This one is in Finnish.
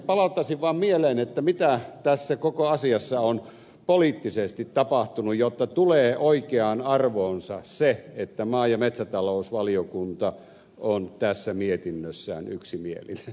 palauttaisin vaan mieleen mitä tässä koko asiassa on poliittisesti tapahtunut jotta tulee oikeaan arvoonsa se että maa ja metsätalousvaliokunta on tässä mietinnössään yksimielinen